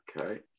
okay